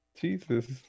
Jesus